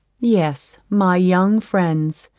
yes, my young friends,